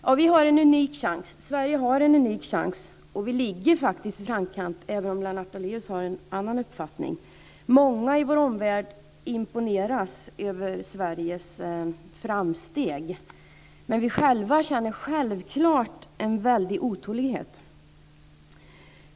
Fru talman! Sverige har en unik chans. Vi ligger faktiskt i framkant, även om Lennart Daléus har en annan uppfattning. Många i vår omvärld imponeras av Sveriges framsteg, men vi själva känner självklart en väldig otålighet.